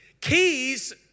Keys